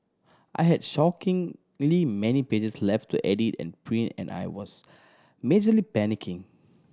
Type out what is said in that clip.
I had shockingly many pages left to edit and print and I was majorly panicking